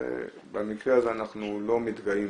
אנחנו לא מתגאים